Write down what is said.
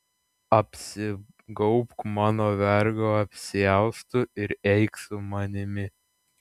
apsigaubk mano vergo apsiaustu ir eik su manimi